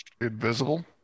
Invisible